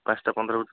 ପାଞ୍ଚଟା ପନ୍ଦର